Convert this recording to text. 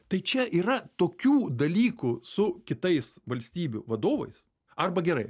tai čia yra tokių dalykų su kitais valstybių vadovais arba gerai